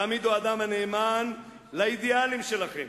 תעמידו אדם הנאמן לאידיאלים שלכם.